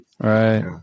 Right